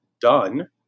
done